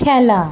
খেলা